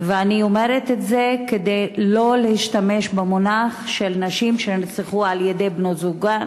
ואני אומרת את זה כדי שלא להשתמש במונח של נשים שנרצחו על-ידי בני-זוגן